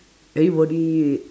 everybody